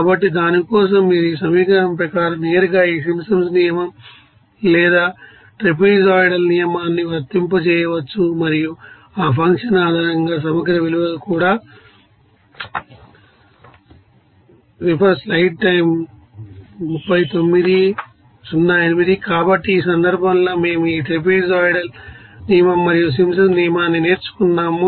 కాబట్టి దాని కోసం మీరు ఈ సమీకరణం ప్రకారం నేరుగా ఈ సింప్సన్స్ నియమం లేదా ట్రాపెజోయిడల్ నియమాన్ని వర్తింపజేయవచ్చు మరియు ఆ ఫంక్షన్ ఆధారంగా సమగ్ర విలువలు కూడా కాబట్టి ఈ సందర్భంలో మేము ఈ ట్రాపెజోయిడల్ నియమం మరియు సింప్సన్స్ నియమాన్ని నేర్చుకున్నాము